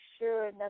sure